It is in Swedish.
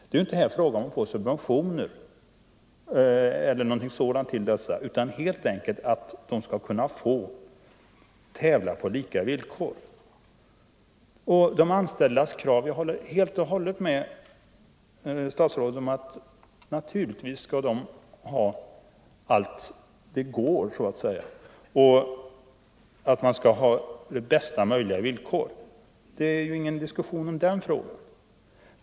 Det är här inte fråga om att de skall få subventioner eller någonting sådant, utan det är helt enkelt fråga om att de skall kunna tävla på lika villkor. Jag håller helt med statsrådet om att de anställda naturligtvis så långt det går skall få sina krav tillgodosedda och bästa möjliga villkor. Det är ingen diskussion om den saken.